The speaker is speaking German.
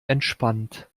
entspannt